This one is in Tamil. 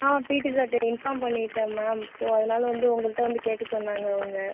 ஆமாம் பீட்டீ சார்கிட இன்ஃபார்ம் பண்ணிவிட்டேன் மேம் ஸோ அதனால் வந்து உங்கள்கிட்ட வந்து கேட்க சொன்னாங்கள் அவங்க